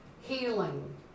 healing